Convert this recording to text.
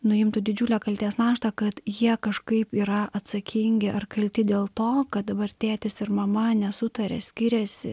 nuimtų didžiulę kaltės naštą kad jie kažkaip yra atsakingi ar kalti dėl to kad dabar tėtis ir mama nesutaria skiriasi